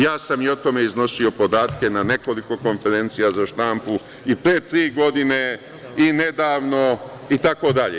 Ja sam i o tome iznosio podatke na nekoliko konferencija za štampu, i pre tri godine, i nedavno, itd.